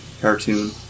cartoon